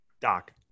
Doc